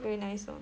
pretty nice lor